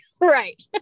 Right